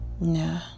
Nah